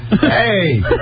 Hey